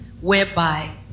whereby